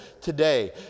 today